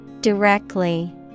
Directly